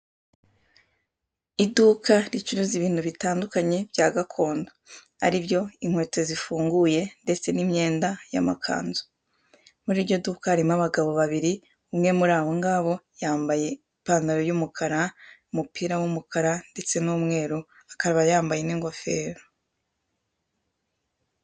Iduka ricuruza ibintu bitandukanye bya gakondo ari byo inkweto zifunguye ndetse n'imyenda y'amakanzu, muri iryo duka harimo abagabo babiri umwe muri abo ngabo yambaye ipantaro y'umukara umupira w'umukara ndetse n'umweru akaba yambaye n'ingofero.